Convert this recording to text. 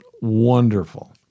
wonderful